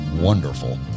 wonderful